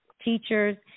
teachers